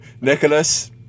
Nicholas